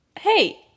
Hey